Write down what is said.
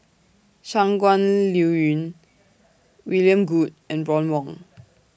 Shangguan Liuyun William Goode and Ron Wong